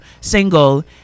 single